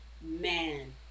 man